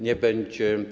Nie będzie?